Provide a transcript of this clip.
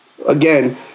again